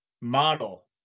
model